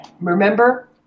remember